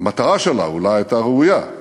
המטרה שלה אולי הייתה ראויה: